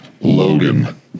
Logan